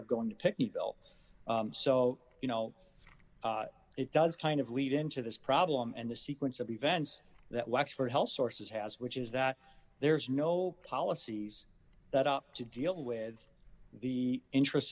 of going to pick people so you know it does kind of lead into this problem and the sequence of events that wexford health sources has which is that there is no policies that up to deal with the interest